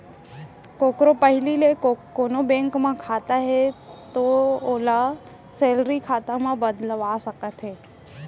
कोकरो पहिली ले कोनों बेंक म खाता हे तौ ओला सेलरी खाता म बदलवा सकत हे